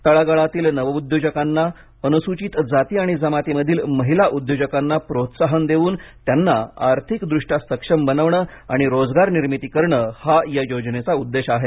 तळागाळातील नवउद्योजकांना अनुसूचित जाती आणि जमातीमधील महिला उद्योजकांना प्रोत्साहन देवून त्यांना आर्थिकदृष्ट्या सक्षम बनवणं आणि रोजगार निर्मिती करणं हा योजनेचा उद्देश आहे